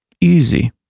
Easy